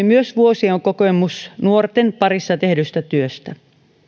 myös vuosien kokemus nuorten parissa tehdystä työstä